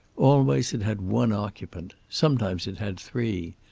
always it had one occupant sometimes it had three.